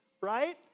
right